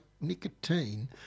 nicotine